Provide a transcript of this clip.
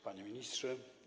Panie Ministrze!